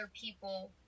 people